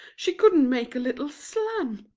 she couldn't make a little slam.